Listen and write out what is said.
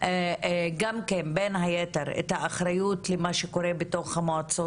גם כן בין היתר האחריות למה שקורה בתוך המועצות